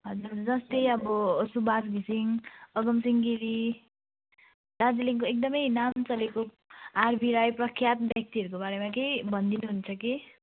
हजुर जस्तै अब सुवास घिसिङ अगमसिँह गिरी दार्जिलिङको एकदमै नाम चलेको आरबी राई प्रख्यात व्यक्तिहरूको बारेमा केही भनिदिनुहुन्छ कि